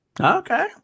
Okay